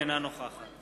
אינה נוכחת